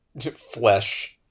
flesh-